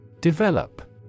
Develop